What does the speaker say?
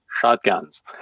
shotguns